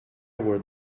were